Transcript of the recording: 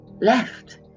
left